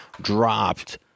dropped